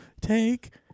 take